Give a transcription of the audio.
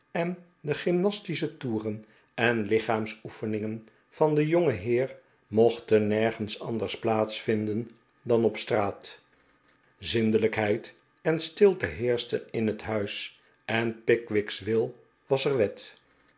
en de gymnastische toeren en lichaamsoefeningen van den jongenheer mochten nergens anders plaats vinden dan op straat zindelijkheid en stilte heerschten in het huis en pickwick's wil was er wet